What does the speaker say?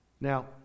Now